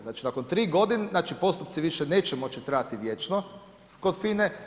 Znači, nakon 3 godini, znači postupci više neće moći trajati vječno kod FINA-e.